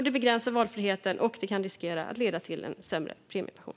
Det begränsar valfriheten, och det kan riskera att leda till en sämre premiepension.